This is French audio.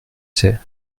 sais